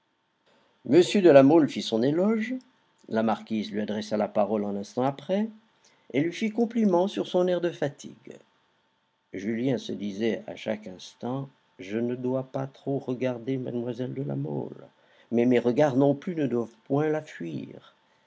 m de la mole fit son éloge la marquise lui adressa la parole un instant après et lui fit compliment sur son air de fatigue julien se disait à chaque instant je ne dois pas trop regarder mlle de la mole mais mes regards non plus ne doivent point la fuir